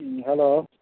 ꯎꯝ hello